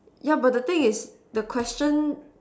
yeah but the thing is the question